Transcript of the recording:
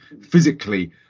physically